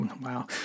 Wow